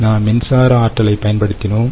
நாம் மின்சார ஆற்றலை பயன்படுத்தினோம்